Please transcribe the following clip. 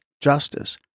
justice